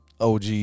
OG